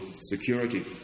security